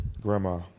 Grandma